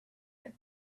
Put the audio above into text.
had